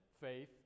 faith